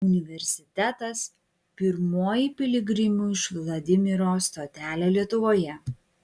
universitetas pirmoji piligrimų iš vladimiro stotelė lietuvoje